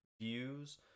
views